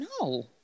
No